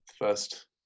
first